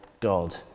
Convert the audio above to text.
God